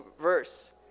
verse